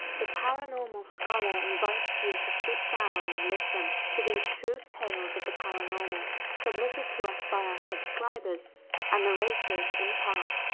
the paranormal scholar invites you to sit down and listen to these true tales of the paranormal submitted to us by our subscribers and narrated, in part,